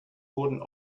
wurden